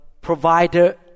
provider